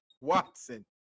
Watson